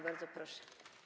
Bardzo proszę.